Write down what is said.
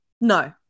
No